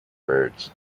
birds